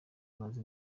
bazi